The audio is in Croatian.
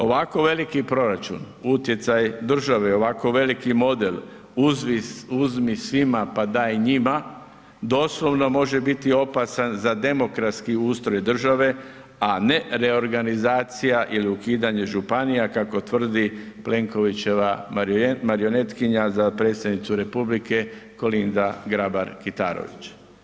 Ovako veliki proračun, utjecaj države i ovako veliki model uzmi svima pa daj i njima, doslovno može biti opasan za demokratski ustroj države a ne reorganizacija ili ukidanje županija kako tvrdi Plenkovićeva marionetkinja za predsjednicu Republike Kolinda Grabar Kitarović.